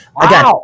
again